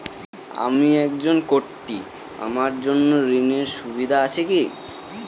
আমি একজন কট্টি আমার জন্য ঋণের সুবিধা আছে কি?